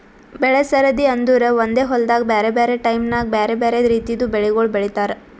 ಬೆಳೆ ಸರದಿ ಅಂದುರ್ ಒಂದೆ ಹೊಲ್ದಾಗ್ ಬ್ಯಾರೆ ಬ್ಯಾರೆ ಟೈಮ್ ನ್ಯಾಗ್ ಬ್ಯಾರೆ ಬ್ಯಾರೆ ರಿತಿದು ಬೆಳಿಗೊಳ್ ಬೆಳೀತಾರ್